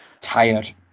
tired